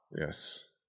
Yes